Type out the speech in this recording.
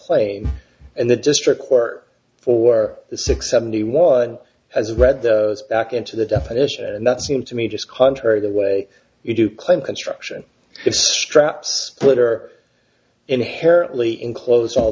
claim and the district court for the six seventy one has read those back into the definition and that seemed to me just contrary the way you do claim construction if straps put are inherently enclosed all